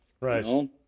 right